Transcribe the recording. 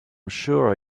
sure